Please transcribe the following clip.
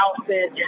outfit